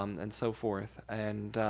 um and so forth. and,